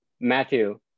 Matthew